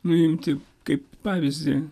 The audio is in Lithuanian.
nuimti kaip pavyzdį